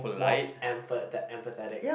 more empa~ empathetic